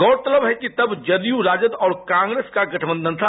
गौरतलब है कि तब जदयू राजद और कांग्रेस का गठबंधन था